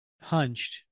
hunched